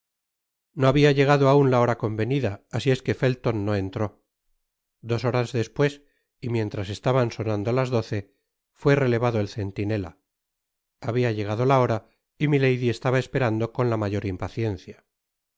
no habia llegado aun la hora convenida asi es que felton no entró dos horas despues y mientras estaban sonando las doce fué relevado el centinela habia llegado la hora y mitady estaba esperando con la mayor impaciencia el